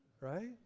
Right